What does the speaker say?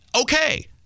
Okay